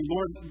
Lord